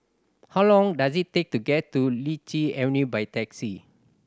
how long does it take to get to Lichi Avenue by taxi